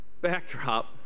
backdrop